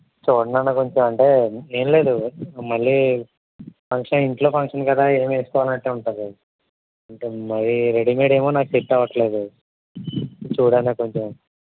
చూడండి అన్న కొంచెం అంటే ఏమి లేదు మళ్ళీ ఫంక్షన్ ఇంట్లో ఫంక్షన్ కదా ఏమి వేసుకోనట్టే ఉంటుంది అంటే మరి రెడీమేడ్ ఏమో నాకు సెట్ అవ్వట్లేదు చూడన్న కొంచెం